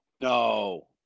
No